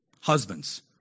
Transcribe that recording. Husbands